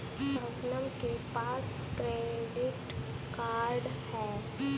शबनम के पास credit card है